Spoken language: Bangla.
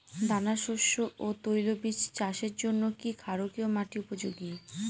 দানাশস্য ও তৈলবীজ চাষের জন্য কি ক্ষারকীয় মাটি উপযোগী?